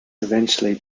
eventually